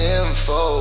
info